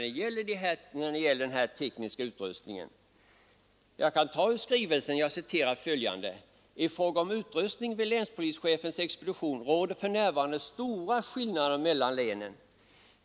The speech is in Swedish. Jag kan här citera vad rikspolisstyrelsen säger i sin skrivelse till regeringen: ”I fråga om utrustning vid länspolischefens expedition råder för närvarande stora skillnader mellan länen.